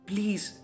Please